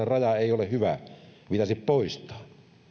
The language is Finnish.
raja ei ole hyvä pitäisi poistaa